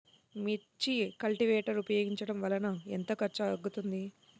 మిర్చి కల్టీవేటర్ ఉపయోగించటం వలన ఎంత ఖర్చు తగ్గుతుంది?